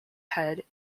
head